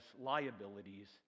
liabilities